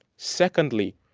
secondly,